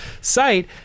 site